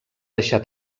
deixar